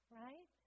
right